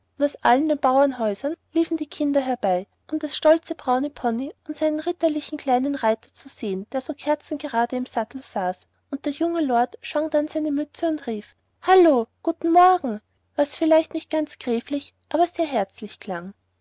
aus allen den bauernhäusern liefen die kinder herbei um den stolzen braunen pony und seinen ritterlichen kleinen reiter zu sehen der so kerzengerade im sattel saß und der junge lord schwang dann seine mütze und rief hallo guten morgen was vielleicht nicht ganz gräflich aber sehr herzlich klang